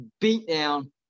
beatdown